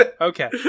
Okay